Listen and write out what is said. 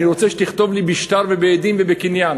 אני רוצה שתכתוב לי בשטר ובעדים ובקניין